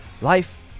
Life